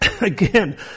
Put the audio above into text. Again